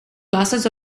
classes